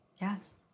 Yes